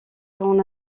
son